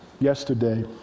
yesterday